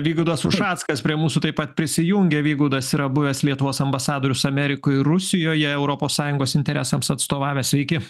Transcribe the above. vygaudas ušackas prie mūsų taip pat prisijungė vygaudas yra buvęs lietuvos ambasadorius amerikoj ir rusijoje europos sąjungos interesams atstovavęs sveiki